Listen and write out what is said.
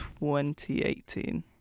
2018